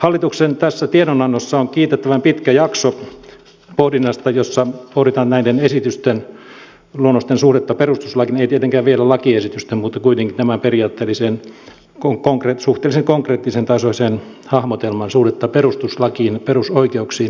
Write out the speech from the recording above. hallituksen tiedonannossa on kiitettävän pitkä jakso pohdintaa jossa pohditaan näiden esitysten luonnosten suhdetta perustuslakiin ei tietenkään vielä lakiesityksen mutta kuitenkin tämän periaatteellisen suhteellisen konkreettisen tasoisen hahmotelman suhdetta perustuslakiin perusoikeuksiin